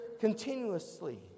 continuously